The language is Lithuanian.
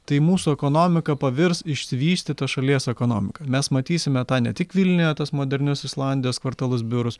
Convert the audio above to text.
tai mūsų ekonomika pavirs išsivystyta šalies ekonomika mes matysime tą ne tik vilniuje tuos modernius islandijos kvartalus biurus